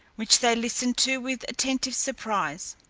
which they listened to with attentive surprise.